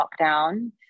lockdown